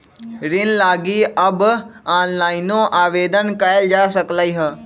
ऋण लागी अब ऑनलाइनो आवेदन कएल जा सकलई ह